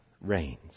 reigns